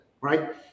right